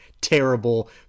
terrible